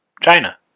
China